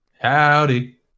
Howdy